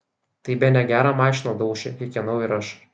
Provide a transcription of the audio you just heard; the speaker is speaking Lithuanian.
tai bene gerą mašiną dauši kikenau ir aš